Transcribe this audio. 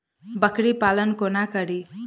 बकरी पालन कोना करि?